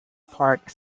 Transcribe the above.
park